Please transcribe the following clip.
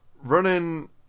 Running